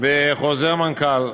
בחוזר מנכ"ל,